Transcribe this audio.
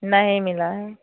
नहीं मिला है